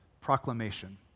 proclamation